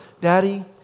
Daddy